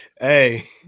hey